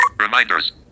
Reminders